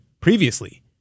previously